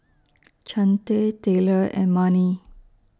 Chante Taylor and Marni